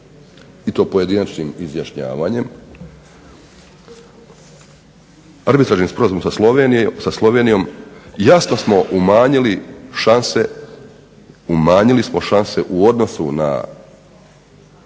i to pojedinačnim izjašnjavanjem. Arbitražnim sporazumom sa Slovenijom jasno smo umanjili šanse, umanjili